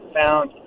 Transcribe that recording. found